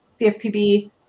CFPB